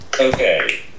Okay